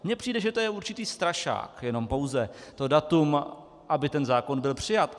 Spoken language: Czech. Mně přijde, že to je určitý strašák, jenom pouze to datum, aby ten zákon byl přijat.